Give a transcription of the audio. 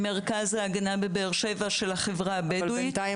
למרכז ההגנה בבאר-שבע --- אבל בינתיים,